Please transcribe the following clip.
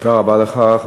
תודה רבה לך,